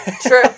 true